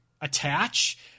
attach